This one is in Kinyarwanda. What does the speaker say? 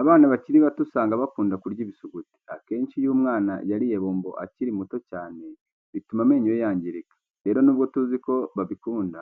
Abana bakiri bato usanga bakunda kurya ibisuguti. Akenshi iyo umwana yariye bombo nyinshi akiri muto cyane bituma amenyo ye yangirika. Rero nubwo tuzi ko babikunda,